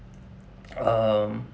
um